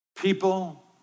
People